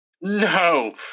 No